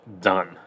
done